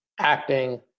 acting